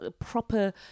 proper